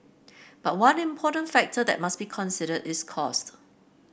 but one important factor that must be considered is cost